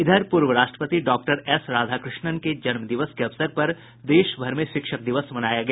इधर पूर्व राष्ट्रपति डॉक्टर एस राधाकृष्णन के जन्मदिवस के अवसर पर देश भर में शिक्षक दिवस मनाया गया